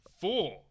four